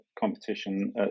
competition